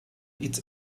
its